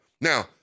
Now